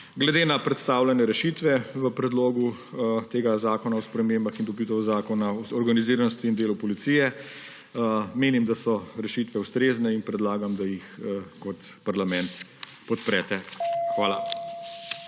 Glede na predstavljene rešitve v predlogu tega zakona o spremembah in dopolnitvah Zakona o organiziranosti in delu v policiji menim, da so rešitve ustrezne, in predlagam, da jih kot parlament podprete. Hvala.